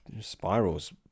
spirals